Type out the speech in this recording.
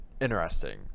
interesting